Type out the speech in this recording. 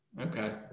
Okay